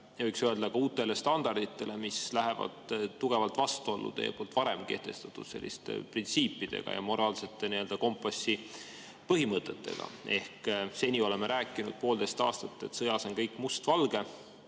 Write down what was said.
võiks öelda, ka uutele standarditele, mis lähevad tugevalt vastuollu teie varem kehtestatud selliste printsiipidega ja moraalsete nii-öelda kompassi põhimõtetega. Seni oleme rääkinud poolteist aastat, et sõja puhul on kõik mustvalge,